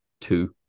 two